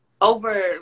over